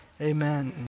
amen